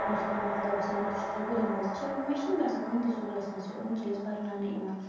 یِم سۭتۍ مطلب سٲنۍ سکوٗلن منٛز چھِنہٕ مےٚ چھُنہٕ باسان کٕہٕنۍ تہِ سکوٗلَس منٛز چھِ یِم چیٖز پَرناونہٕ یِوان